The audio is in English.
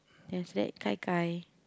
then after that gai-gai